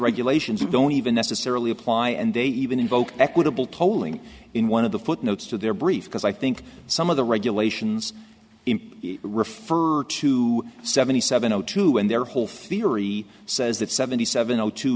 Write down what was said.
regulations that don't even necessarily apply and they even invoke equitable tolling in one of the footnotes to their brief because i think some of the regulations in refer to seventy seven o two and their whole theory says that seventy seven o two